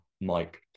Mike